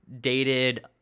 dated